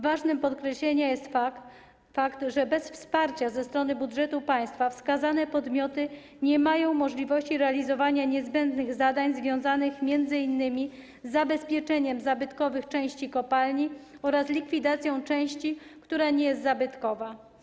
Warty podkreślenia jest fakt, że bez wsparcia ze strony budżetu państwa wskazane podmioty nie mają możliwości realizowania niezbędnych zadań związanych m.in. z zabezpieczeniem zabytkowych części kopalni oraz likwidacją części, która nie jest zabytkowa.